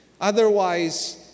Otherwise